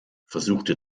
versuchte